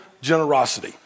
generosity